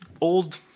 old